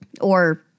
or-